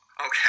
Okay